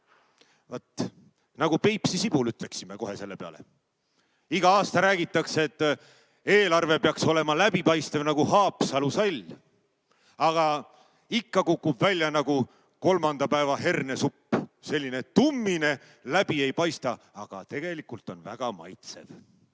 nagu Peipsi sibul, ütleksime kohe selle peale. Iga aasta räägitakse, et eelarve peaks olema läbipaistev nagu Haapsalu sall. Aga ikka kukub välja nagu kolmanda päeva hernesupp: selline tummine, läbi ei paista, kuid tegelikult on väga maitsev.